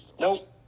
Nope